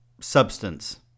substance